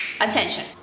Attention